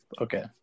Okay